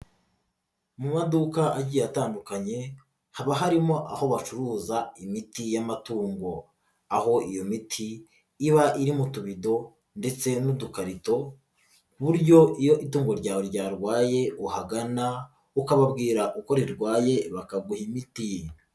Mu maduka agiye atandukanye, haba harimo aho bacuruza imiti y'amatungo. Aho iyo miti iba iri mu tubido ndetse n'udukarito ku buryo iyo itungo ryawe ryarwaye, uhagana ukababwira uko rirwaye bakaguha imiti.